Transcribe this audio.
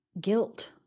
guilt